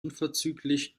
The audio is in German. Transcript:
unverzüglich